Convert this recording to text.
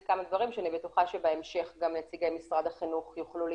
כמה דברים שאני בטוחה שבהמשך גם נציגי משרד החינוך יוכלו להתייחס.